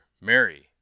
Mary